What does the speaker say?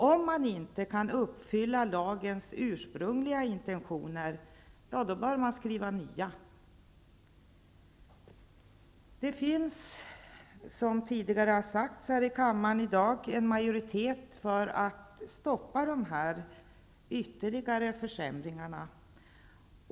Om man inte kan uppfylla lagens ursprungliga intentioner, bör man skriva nya lagar. Det finns, som tidigare har sagts här i kammaren i dag, en majoritet för att stoppa dessa ytterligare försämringar.